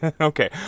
Okay